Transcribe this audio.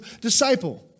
disciple